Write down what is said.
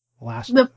last